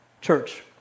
Church